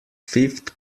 fifth